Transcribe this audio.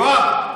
יואב,